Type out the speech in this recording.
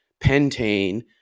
pentane